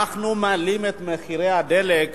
אנחנו מעלים את מחירי הדלק